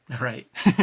Right